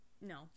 no